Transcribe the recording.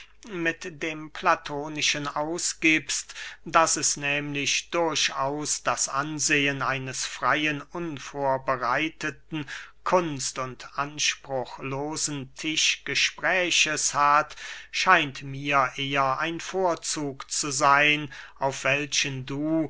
mit dem platonischen ausgiebst daß es nehmlich durchaus das ansehen eines freyen unvorbereiteten kunst und anspruchlosen tischgespräches hat scheint mir eher ein vorzug zu seyn auf welchen du